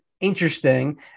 interesting